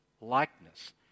likeness